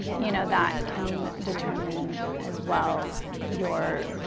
you know that can determine as well your,